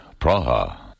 Praha. (